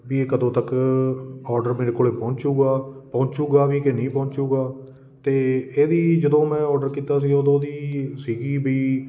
ਵੀ ਇਹ ਕਦੋਂ ਤੱਕ ਔਡਰ ਮੇਰੇ ਕੋਲ ਪਹੁੰਚੂਗਾ ਪਹੁੰਚੂਗਾ ਵੀ ਕਿ ਨਹੀਂ ਪਹੁੰਚੂਗਾ ਅਤੇ ਇਹ ਵੀ ਜਦੋਂ ਮੈਂ ਔਡਰ ਕੀਤਾ ਸੀ ਉਦੋਂ ਦੀ ਸੀਗੀ ਵੀ